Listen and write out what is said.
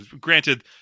Granted